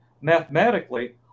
mathematically